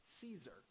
Caesar